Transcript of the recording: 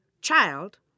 child